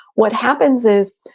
what happens is,